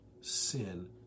sin